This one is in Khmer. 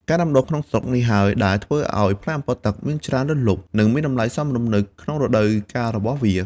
ការដាំដុះក្នុងស្រុកនេះហើយ ដែលធ្វើឱ្យផ្លែអម្ពិលទឹកមានច្រើនលើសលប់ និងមានតម្លៃសមរម្យនៅក្នុងរដូវកាលរបស់វា។